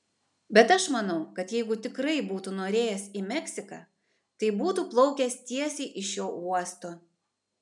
bet aš manau kad jeigu tikrai būtų norėjęs į meksiką tai būtų plaukęs tiesiai iš šio uosto